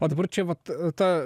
o dabar čia vat ta